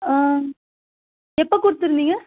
எப்போ கொடுத்துருந்தீங்க